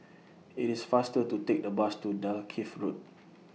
IT IS faster to Take The Bus to Dalkeith Road